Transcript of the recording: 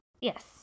Yes